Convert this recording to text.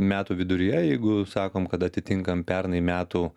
metų viduryje jeigu sakom kad atitinkam pernai metų